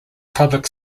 public